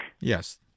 Yes